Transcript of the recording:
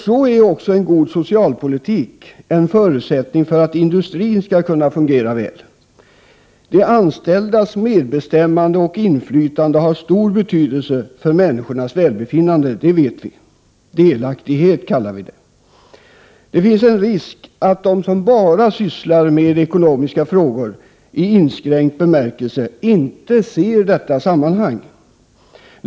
Så är också en god socialpolitik en förutsättning för att industrin skall kunna fungera väl. De anställdas medbestämmande och inflytande har stor betydelse för människornas välbefinnande, det vet vi. Delaktighet kallar vi det. Det finns en risk att de som bara sysslar med ekonomiska frågor i inskränkt bemärkelse inte ser detta sammanhang.